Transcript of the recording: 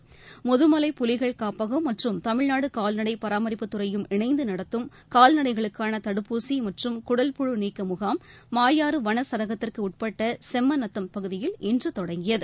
பாஸ்கரன் முதுமலை புலிகள் காப்பகம் மற்றும் தமிழ்நாடு கால்நடை பராமரிப்புத்துறையும் இணைந்து நடத்தும் கால்நடைகளுக்கான தடுப்பூசி மற்றும் குடல்புழு நீக்க முகாம் மாயாறு வன சரகத்திற்கு உட்பட்ட செம்ம நத்தம் பகுதியில் இன்று தொடங்கியது